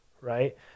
right